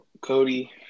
Cody